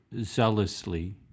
zealously